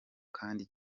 kandi